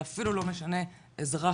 זה אפילו לא משנה אזרח